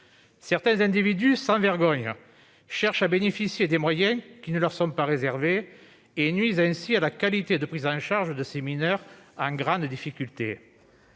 certains individus sans vergogne cherchent à bénéficier des moyens qui ne leur sont pas réservés, et nuisent ainsi à la qualité de prise en charge de ces mineurs en grande difficulté.